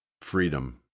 Freedom